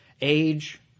age